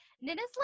Nina's